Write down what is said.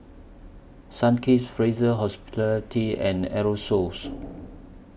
Sunkist Fraser Hospitality and Aerosoles